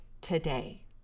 today